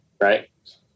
right